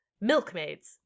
Milkmaids